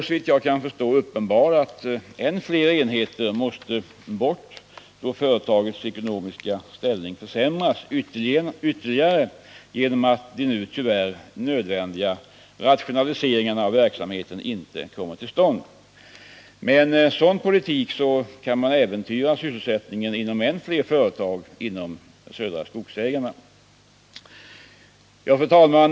såvitt jag kan förstå, uppenbar att än fler enheter måste bort då företagets ekonomiska ställning försämras ytterligare genom att de nu tyvärr nödvändiga rationaliseringarna av verksamheten inte kommer till stånd. Med en sådan politik kan man äventyra sysselsättningen inom än fler företag inom Södra Skogsägarna. Fru talman!